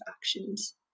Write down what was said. actions